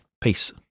peace